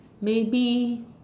maybe